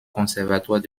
conservatoire